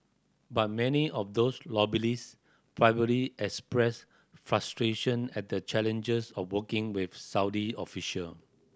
but many of those lobbyist privately express frustration at the challenges of working with Saudi official